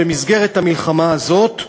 במסגרת המלחמה הזאת.